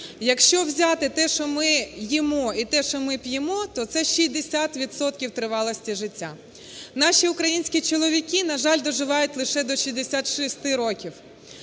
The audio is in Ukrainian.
Якщо взяти те, що їмо, і те, що ми п'ємо, то це 60 відсотків тривалості життя. Наші українські чоловіки, на жаль, доживають лише до 66 років.